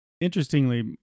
Interestingly